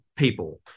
people